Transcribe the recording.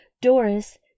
Doris